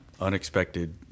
unexpected